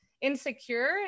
insecure